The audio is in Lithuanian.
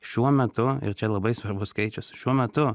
šiuo metu ir čia labai svarbus skaičius šiuo metu